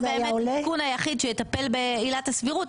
זה באמת התיקון היחיד שיטפל בעילת הסבירות,